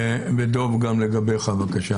וגם לגביך, דב.